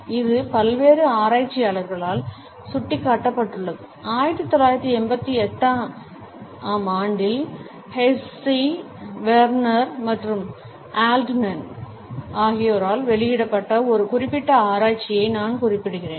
இது பல்வேறு ஆராய்ச்சியாளர்களால் சுட்டிக்காட்டப்பட்டுள்ளது 1988 ஆம் ஆண்டில் ஹெஸ்ஸி வெர்னர் மற்றும் ஆல்ட்மேன் Hesse Werner and Altmanஆகியோரால் வெளியிடப்பட்ட ஒரு குறிப்பிட்ட ஆராய்ச்சியை நான் குறிப்பிடுவேன்